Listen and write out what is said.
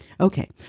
Okay